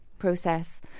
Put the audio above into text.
process